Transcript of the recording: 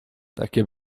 takie